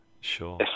Sure